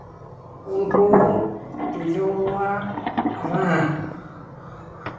ᱩᱱᱠᱩ ᱛᱤᱡᱩᱣᱟᱜ ᱨᱟᱱ